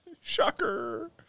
shocker